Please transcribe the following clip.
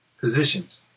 positions